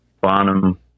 Bonham